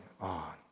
on